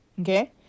okay